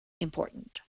important